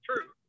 True